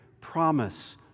promise